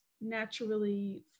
naturally